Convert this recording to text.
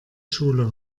schule